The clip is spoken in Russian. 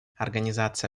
организации